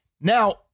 Now